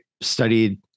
studied